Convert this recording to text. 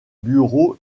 bureaux